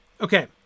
Okay